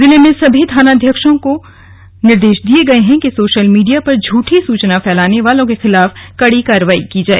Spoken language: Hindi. जिले में सभी थानाध्यक्षों को निर्देश दिए गए हैं कि सोशल मीडिया पर झूठी सूचना फैलाने वालों के खिलाफ कड़ी कार्रवाई की जाए